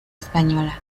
española